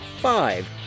five